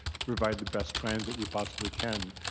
to provide the best transit we possibly can,